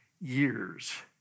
years